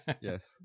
Yes